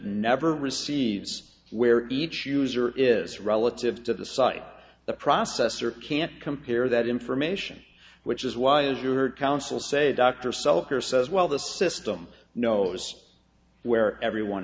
never receives where each user is relative to the site the processor can't compare that information which is why is your council say dr sulker says well the system knows where everyone